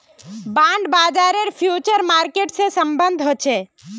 bond बाजारेर future market से सम्बन्ध ह छे